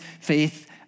faith